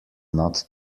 not